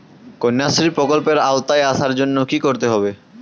কন্যাশ্রী প্রকল্পের আওতায় আসার জন্য কী করতে হবে?